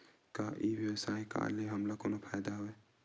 का ई व्यवसाय का ले हमला कोनो फ़ायदा हवय?